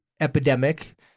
epidemic